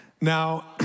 Now